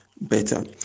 Better